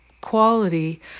quality